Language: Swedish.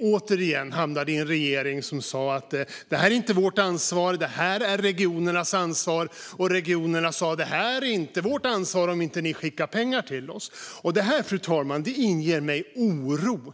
återigen, på en regering som sa: Det här är inte vårt ansvar. Det är regionernas ansvar. Och regionerna sa: Det här är inte vårt ansvar om inte ni skickar pengar till oss. Fru talman! Det här gör mig orolig.